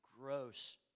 gross